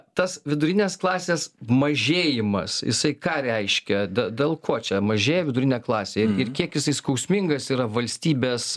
tas vidurinės klasės mažėjimas jisai ką reiškia d dėl ko čia mažėja vidurinė klasė ir ir kiek jisai skausmingas yra valstybės